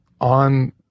on